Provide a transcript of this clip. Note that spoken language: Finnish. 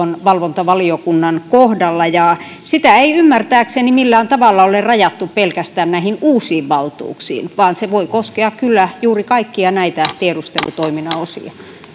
valvontavaliokunnan kohdalla ja sitä ei ymmärtääkseni millään tavalla ole rajattu pelkästään näihin uusiin valtuuksiin vaan se voi koskea kyllä juuri kaikkia näitä tiedustelutoiminnan osia